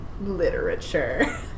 literature